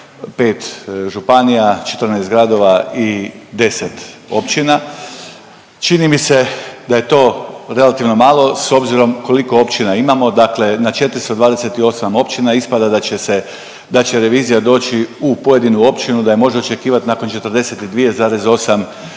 5 županija, 14 gradova i 10 općina. Čini mi se da je to relativno malo s obzirom koliko općina imamo. Dakle, na 428 općina ispada da će revizija doći u pojedinu općinu, da je može očekivati nakon 42,8 godina.